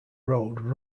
road